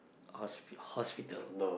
Hospital